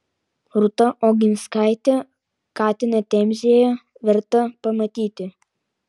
rūta oginskaitė katiną temzėje verta pamatyti